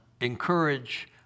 encourage